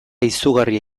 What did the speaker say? izugarria